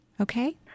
Okay